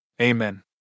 Amen